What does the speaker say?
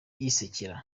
yisekera